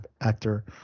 Actor